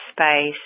space